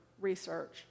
research